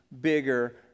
bigger